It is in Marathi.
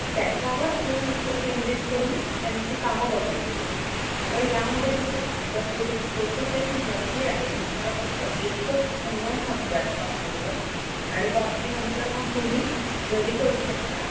तर त्याच्यावर आपल्याला लक्ष केंद्रित करून त्यांची कामं बघायची आहेत तर यामध्ये कसं असतं सर थोडी प्रोसेस त्याची मोठी आहे मी तुम्हाला फक्त एकच समजावून सांगते आता फोनवर आणि बाकी नंतर मग तुम्ही घरी करू शकता